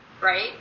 right